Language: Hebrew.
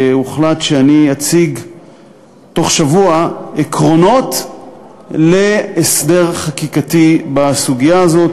הוחלט שאני אציג בתוך שבוע עקרונות להסדר חקיקתי בסוגיה הזאת.